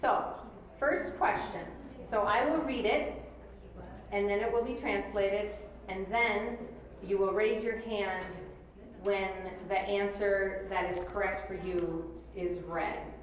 selves first question so i will read it and then it will be translated and then you will raise your hand when the answer that is correct for you to re